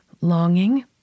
longing